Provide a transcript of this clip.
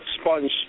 Sponge